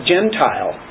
Gentile